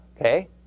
Okay